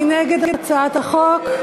מי נגד הצעת החוק?